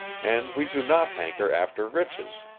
and we do not hanker after riches.